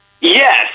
Yes